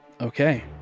okay